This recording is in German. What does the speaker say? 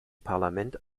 parlament